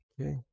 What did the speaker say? Okay